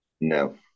No